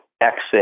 exit